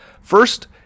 First